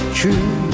true